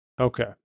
Okay